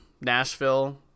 nashville